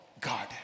god